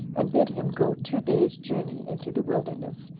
and bid him go two days' journey into the wilderness,